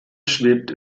schwebt